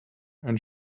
and